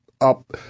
up